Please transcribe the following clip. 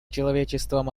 человечеством